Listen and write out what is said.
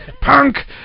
Punk